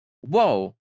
Whoa